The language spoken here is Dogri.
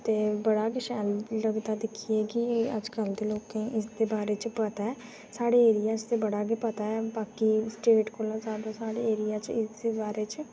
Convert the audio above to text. ते बड़ा गै शैल लगदा दिक्खियै एह् की एह् अजकल दे लोकें गी एह्दे बारै च पता ऐ साढ़े एरिया च बड़ा गै पता ऐ बाकी ते स्टेट कोला जादै साढ़े एरिया च इसदा पता ऐ